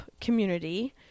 community